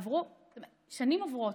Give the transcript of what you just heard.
שנים עוברות,